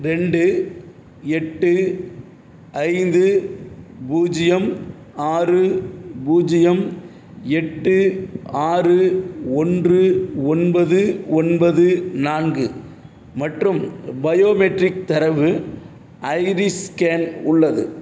ரெண்டு எட்டு ஐந்து பூஜ்யம் ஆறு பூஜ்யம் எட்டு ஆறு ஒன்று ஒன்பது ஒன்பது நான்கு மற்றும் பயோமெட்ரிக் தரவு ஐரிஸ் ஸ்கேன் உள்ளது